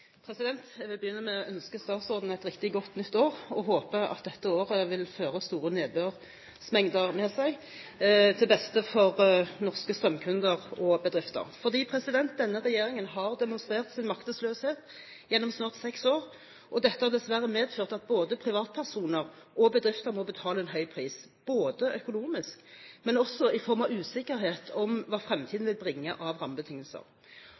håper at dette året vil føre store nedbørsmengder med seg, til beste for norske strømkunder og bedrifter, fordi denne regjeringen har demonstrert sin maktesløshet gjennom snart seks år. Dette har dessverre medført at både privatpersoner og bedrifter må betale en høy pris, ikke bare økonomisk, men også i form av usikkerhet om hva fremtiden vil bringe av rammebetingelser.